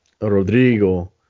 Rodrigo